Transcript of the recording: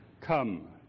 Come